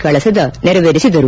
ಕಳಸದ ನೆರವೇರಿಸಿದರು